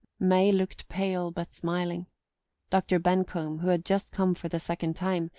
may looked pale but smiling dr. bencomb, who had just come for the second time,